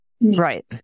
Right